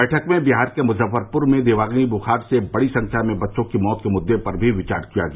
बैठक में बिहार के मुजफ्फरपुर में दिमागी बुखार से बड़ी संख्या में बच्चों की मौत के मुद्दे पर भी विचार किया गया